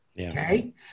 Okay